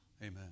Amen